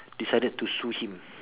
decided to sue him